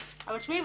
אבל תשמעי,